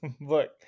look